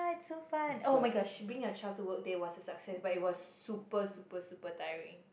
so fun oh-my-gosh bring your child to work day was a success but it was super super super tiring